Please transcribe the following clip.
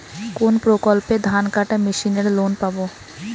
কোন প্রকল্পে ধানকাটা মেশিনের লোন পাব?